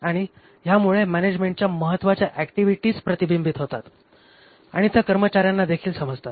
आणि ह्यामुळे मॅनॅजमेण्टच्या महत्वाच्या ऍक्टिव्हिटीज प्रतिबिंबित होतात आणि त्या कर्मचाऱ्यांनादेखील समजतात